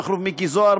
מכלוף מיקי זוהר,